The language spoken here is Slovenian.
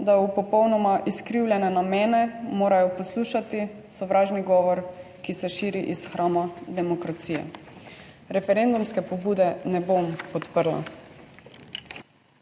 zaradi popolnoma izkrivljenih namenov poslušati sovražni govor, ki se širi iz hrama demokracije. Referendumske pobude ne bom podprla.